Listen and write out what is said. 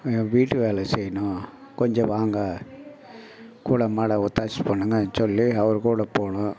என் வீட்டு வேலை செய்யணும் கொஞ்சம் வாங்க கூடமாட ஒத்தாசை பண்ணுங்கன்னு சொல்லி அவர்க்கூட போனோம்